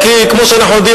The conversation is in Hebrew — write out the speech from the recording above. כי כמו שאנחנו יודעים,